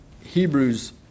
Hebrews